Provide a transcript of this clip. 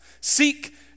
Seek